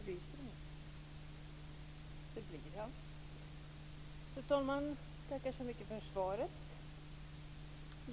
Fru talman! Jag tackar så mycket för svaret.